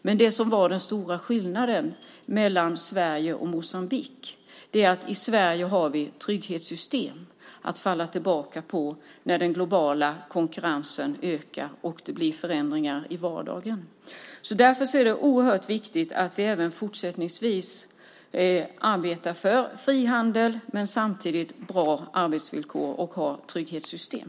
Men den stora skillnaden mellan Sverige och Moçambique är att i Sverige har vi trygghetssystem att falla tillbaka på när den globala konkurrensen ökar och det blir förändringar i vardagen. Därför är det oerhört viktigt att vi även fortsättningsvis arbetar för frihandel och samtidigt har bra arbetsvillkor och trygghetssystem.